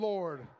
Lord